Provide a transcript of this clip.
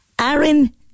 Aaron